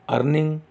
earning